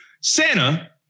santa